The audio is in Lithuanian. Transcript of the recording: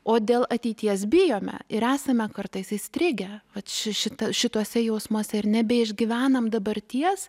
o dėl ateities bijome ir esame kartais įstrigę vat šitą šituose jausmuose ir nebeišgyvenam dabarties